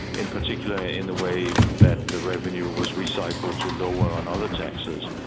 in particular in the way that the revenue was recycled to lower on other taxes.